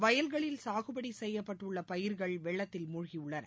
வயல்களில் சாகுபடி செய்யப்பட்டுள்ள பயிர்கள் வெள்ளத்தில் மூழ்கியுள்ளன